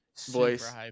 voice